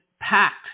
packed